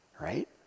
right